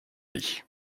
lit